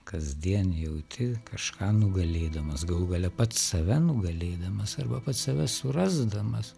kasdien jauti kažką nugalėdamas galų gale pats save nugalėdamas arba pats save surasdamas